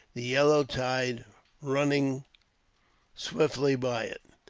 the yellow tide running swiftly by it.